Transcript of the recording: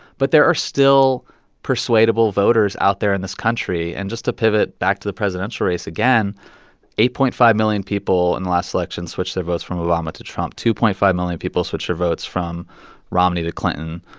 but there are still persuadable voters out there in this country and just to pivot back to the presidential race again eight point five million people in the last election switched their votes from obama to trump two point five million people switched their votes from romney to clinton.